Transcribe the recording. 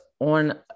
on